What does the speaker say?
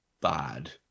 bad